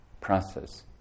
process